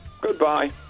Goodbye